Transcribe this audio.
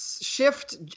shift